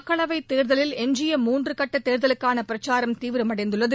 மக்களவைத் தேர்தலில் எஞ்சிய மூன்று கட்ட தேர்தலுக்கான பிரச்சாரம் தவிரமடைந்துள்ளது